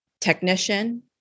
technician